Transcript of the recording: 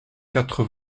quatre